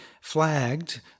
flagged